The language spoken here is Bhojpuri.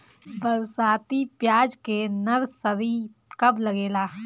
बरसाती प्याज के नर्सरी कब लागेला?